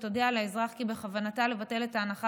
היא תודיע לאזרח כי בכוונתה לבטל את ההנחה